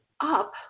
up